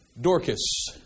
Dorcas